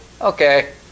Okay